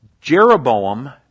Jeroboam